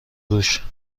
روش